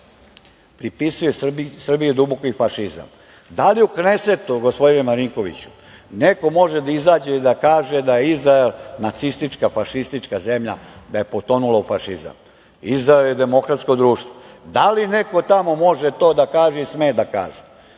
pripisuju Srbiji duboki fašizam. Da li u Knesetu, gospodine Marinkoviću, neko može da izađe i da kaže da je Izrael nacistička, fašistička zemlja, da je potonula u fašizam? Izrael je demokratsko društvo. Da li neko tamo može to da kaže i sme da kaže?